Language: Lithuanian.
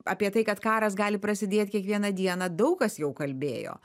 apie tai kad karas gali prasidėt kiekvieną dieną daug kas jau kalbėjo